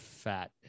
Fat